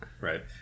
Right